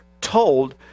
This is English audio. told